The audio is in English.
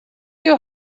you